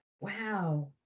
Wow